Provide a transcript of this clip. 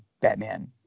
Batman